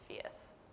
fierce